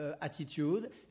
attitude